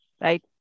right